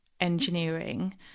engineering